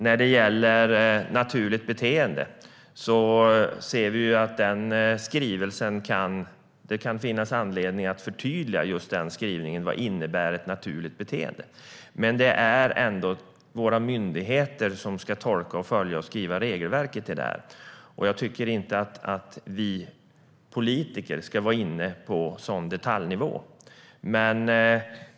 Vad gäller naturligt beteende ser vi att det kan finnas anledning att förtydliga skrivningen om vad ett naturligt beteende innebär. Det är våra myndigheter som ska tolka, följa och skriva regelverket för detta, och vi politiker ska inte vara inne på sådan detaljnivå.